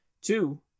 Two